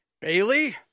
Bailey